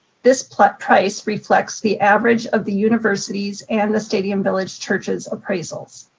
this price price reflects the average of the university's and the stadium village church's appraisals.